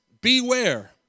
beware